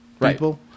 people